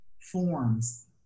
forms